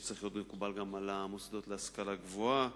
שצריך להיות מקובל גם על המוסדות להשכלה גבוהה,